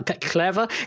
clever